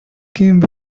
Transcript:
game